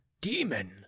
demon